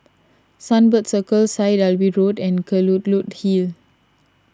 Sunbird Circle Syed Alwi Road and Kelulut Hill